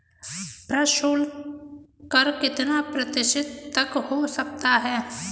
प्रशुल्क कर कितना प्रतिशत तक हो सकता है?